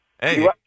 hey